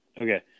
Okay